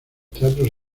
teatros